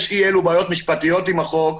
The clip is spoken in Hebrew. יש אי-אלו בעיות משפטיות עם החוק,